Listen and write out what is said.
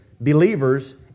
believers